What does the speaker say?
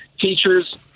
teachers